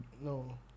No